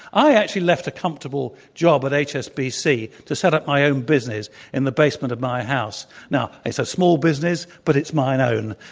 i actually left a comfortable job at hsbc to set up my own business in the basement of my house. now, it's a smallbusiness, but it's my and own,